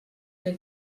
que